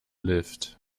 lift